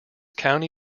county